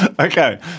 Okay